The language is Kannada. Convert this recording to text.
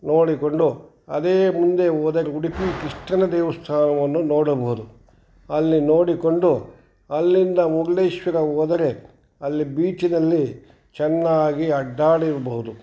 ನೋಡಿಕೊಂಡು ಅದೇ ಮುಂದೆ ಹೋದರೆ ಉಡುಪಿ ಕೃಷ್ಣನ ದೇವಸ್ಥಾನವನ್ನು ನೋಡಬಹುದು ಅಲ್ಲಿ ನೋಡಿಕೊಂಡು ಅಲ್ಲಿಂದ ಮುರುಡೇಶ್ವರ ಹೋದರೆ ಅಲ್ಲಿ ಬೀಚಿನಲ್ಲಿ ಚೆನ್ನಾಗಿ ಅಡ್ಡಾಡಿರಬಹುದು